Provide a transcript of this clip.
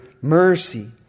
mercy